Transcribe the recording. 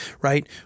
right